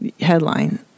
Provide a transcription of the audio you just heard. Headline